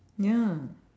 ya